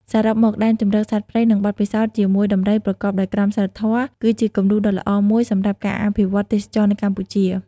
សរុបមក ដែនជម្រកសត្វព្រៃ និង បទពិសោធន៍ជាមួយដំរីប្រកបដោយក្រមសីលធម៌ គឺជាគំរូដ៏ល្អមួយសម្រាប់ការអភិវឌ្ឍទេសចរណ៍នៅកម្ពុជា។